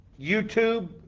YouTube